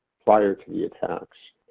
prior to the attacks.